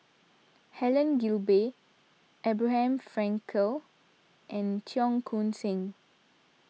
Helen Gilbey Abraham Frankel and Cheong Koon Seng